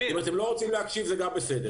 אם אתם לא רוצים להקשיב, זה גם בסדר.